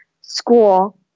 school